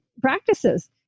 practices